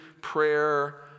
prayer